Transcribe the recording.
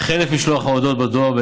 חלף משלוח ההודעות בדואר.